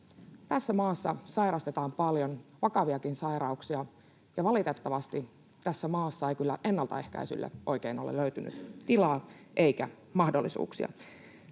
Tässä maassa sairastetaan paljon vakaviakin sairauksia, ja valitettavasti tässä maassa ei kyllä ennaltaehkäisylle oikein ole löytynyt tilaa eikä mahdollisuuksia.